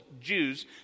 Jews